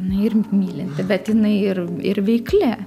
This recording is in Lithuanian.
jinai ir mylinti bet jinai ir ir veikli